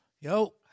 Yo